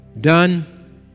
done